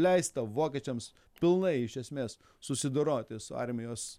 leista vokiečiams pilnai iš esmės susidoroti su armijos